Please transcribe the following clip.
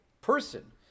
person